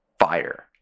fire